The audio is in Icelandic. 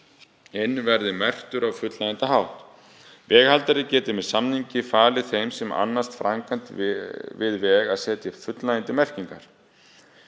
verði merktur á fullnægjandi hátt. Veghaldari geti með samningi falið þeim sem annast framkvæmd við veg að setja upp fullnægjandi merkingar.